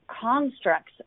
constructs